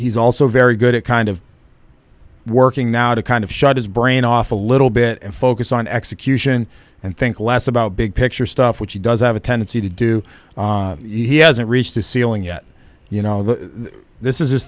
he's also very good at kind of working now to kind of shut his brain off a little bit and focus on execution and think less about big picture stuff which he does have a tendency to do he hasn't reached the ceiling yet you know this is his